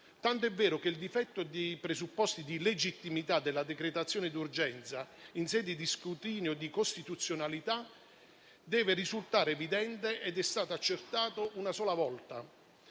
tant'è vero che il difetto di presupposto di legittimità della decretazione d'urgenza in sede di scrutinio di costituzionalità deve risultare evidente ed è stata accertata una sola volta.